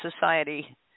society